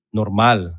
normal